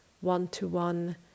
one-to-one